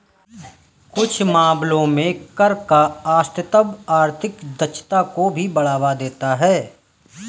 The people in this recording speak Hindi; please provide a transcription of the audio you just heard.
कुछ मामलों में कर का अस्तित्व आर्थिक दक्षता को भी बढ़ावा देता है